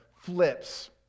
flips